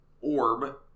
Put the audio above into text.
orb